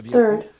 third